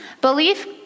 Belief